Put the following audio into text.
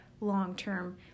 long-term